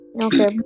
Okay